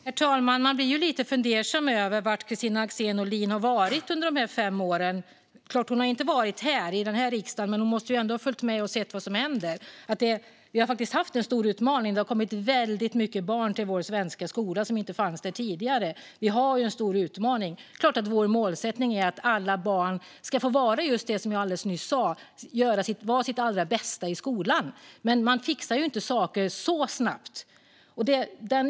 Herr talman! Man blir lite fundersam över var Kristina Axén Olin har varit under dessa fem år. Hon har inte varit här i riksdagen, men hon måste ändå ha följt med och sett vad som hänt. Vi har faktiskt haft en stor utmaning. Det har kommit väldigt många barn till vår svenska skola som inte fanns där tidigare. Vi har en stor utmaning. Det är klart att vår målsättning är att alla barn ska få vara just det som jag alldeles nyss sa: sitt allra bästa i skolan. Men man fixar inte saker så snabbt.